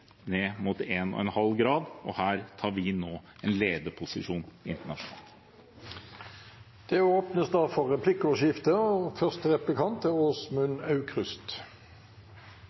ned mot 1,5 grader. Her tar vi nå en lederposisjon internasjonalt. Det